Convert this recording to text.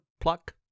pluck